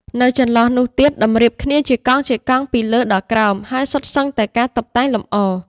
នៅចន្លោះនោះទៀតតម្រៀបគ្នាជាកង់ៗពីលើដល់ក្រោម ហើយសុទ្ធសឹងតែការតុបតែងលម្អ។